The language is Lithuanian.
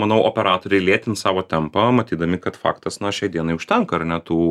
manau operatoriai lėtins savo tempą matydami kad faktas nuo šiai dienai užtenka ar ne tų